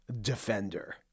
Defender